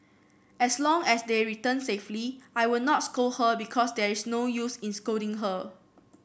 as long as they return safely I will not scold her because there is no use in scolding her